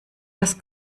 das